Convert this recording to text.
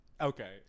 okay